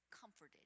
comforted